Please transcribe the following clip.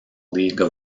league